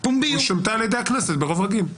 היא שונתה על ידי הכנסת ברוב רגיל.